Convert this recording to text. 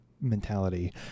mentality